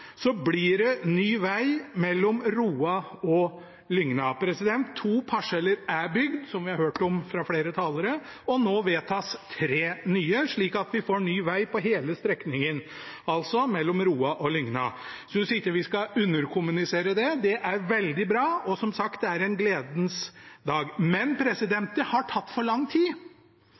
blir det ny veg mellom Roa og Lygna. To parseller er bygd, som vi har hørt fra flere talere, og nå vedtas tre nye, slik at vi får ny veg på hele strekningen, altså mellom Roa og Lygna. Jeg synes ikke vi skal underkommunisere det. Det er veldig bra, og som sagt – dette er en gledens dag. Men det har tatt for lang tid.